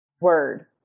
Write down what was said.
word